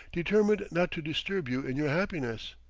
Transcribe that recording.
determined not to disturb you in your happiness.